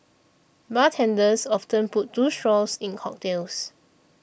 bartenders often put two straws in cocktails